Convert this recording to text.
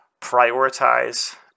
Prioritize